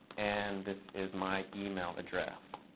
and this is my email address.